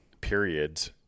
periods